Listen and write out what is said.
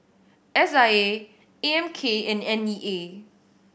S I A A M K and N E A